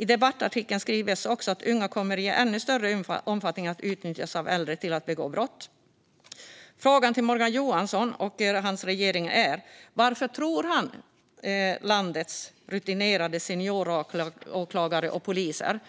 I debattartikeln framkommer också att unga i ännu större omfattning kommer att utnyttjas av äldre för att begå brott. Jag ställer följande fråga till Morgan Johansson och hans regering: Varför misstror han landets rutinerade senioråklagare och poliser?